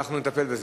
אנחנו נטפל בזה.